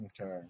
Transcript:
Okay